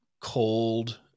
cold